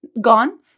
gone